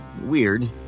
Weird